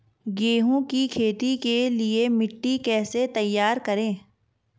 गेहूँ की खेती के लिए मिट्टी कैसे तैयार करें?